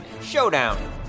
Showdown